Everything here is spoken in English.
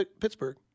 Pittsburgh